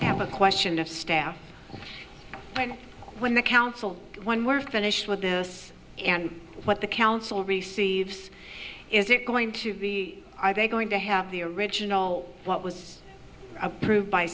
have a question of staff when the council when we're finished with this and what the council receives is it going to be are they going to have the original what was approved by